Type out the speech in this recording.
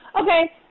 Okay